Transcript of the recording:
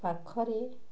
ପାଖରେ